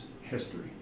history